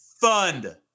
Fund